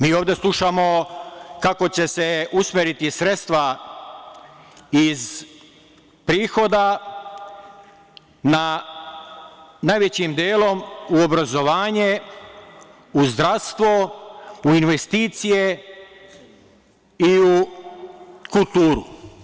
Mi ovde slušamo kako će se usmeriti sredstva iz prihoda najvećim delom u obrazovanje, u zdravstvo, u investicije i u kulturu.